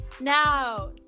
Now